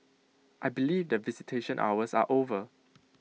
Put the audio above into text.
I believe that visitation hours are over